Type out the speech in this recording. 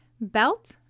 belt